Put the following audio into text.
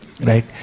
Right